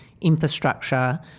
infrastructure